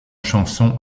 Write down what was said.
chanson